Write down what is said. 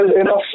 enough